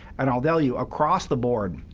and i'll tell you, across the board,